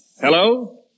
Hello